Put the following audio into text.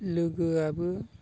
लोगोआबो